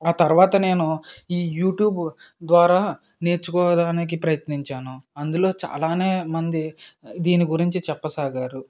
ఆ తరువాత నేను ఈ యూట్యూబ్ ద్వారా నేర్చుకోవడానికి ప్రయత్నించాను అందులో చాలానే మంది దీని గురించి చెప్పసాగారు